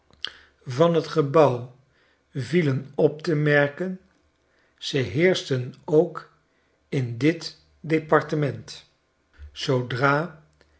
van boston t gebouw vielen op te merken ze heerschten ook in dit departement zoodra